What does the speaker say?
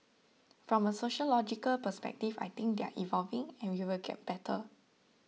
from a sociological perspective I think they are evolving and we will get better